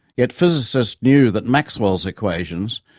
yet physicists knew that maxwell's equations,